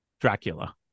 Dracula